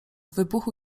wybuchu